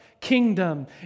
kingdom